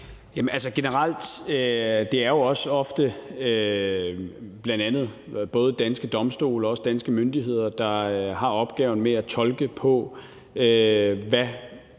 Det er jo også ofte bl.a. danske domstole og danske myndigheder, der har opgaven med at tolke, hvad